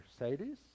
Mercedes